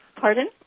Pardon